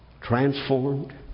Transformed